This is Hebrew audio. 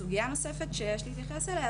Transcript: סוגייה נוספת שיש להתייחס אליה,